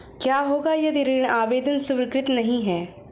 क्या होगा यदि ऋण आवेदन स्वीकृत नहीं है?